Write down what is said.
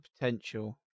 potential